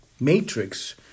matrix